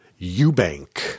Eubank